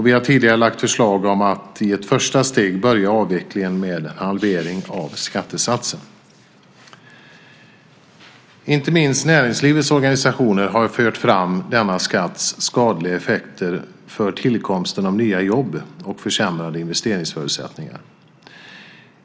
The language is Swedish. Vi har tidigare lagt fram förslag om att i ett första steg börja avvecklingen med en halvering av skattesatsen. Inte minst näringslivets organisationer har fört fram denna skatts skadliga effekter på tillkomsten av nya jobb och försämrade investeringsförutsättningar.